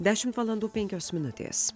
dešimt valandų penkios minutės